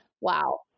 Wow